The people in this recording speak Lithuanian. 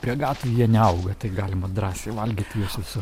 prie gatvių jie neauga tai galima drąsiai valgyti juos visur